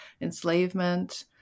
enslavement